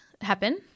happen